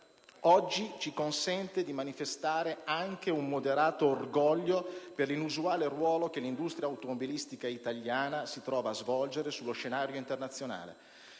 oggi ci consente di manifestare anche un moderato orgoglio per l'inusuale ruolo che l'industria automobilistica italiana si trova a svolgere sullo scenario internazionale.